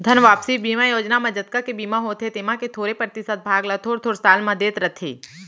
धन वापसी बीमा योजना म जतका के बीमा होथे तेमा के थोरे परतिसत भाग ल थोर थोर साल म देत रथें